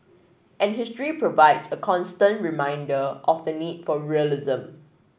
and history provide a constant reminder of the need for realism